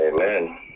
Amen